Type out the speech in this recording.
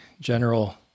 general